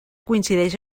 coincideix